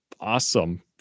awesome